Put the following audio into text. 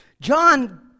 John